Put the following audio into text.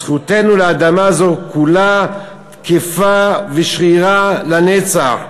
זכותנו לאדמה זו כולה תקפה ושרירה לנצח,